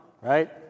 right